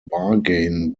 bargain